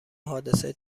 حادثه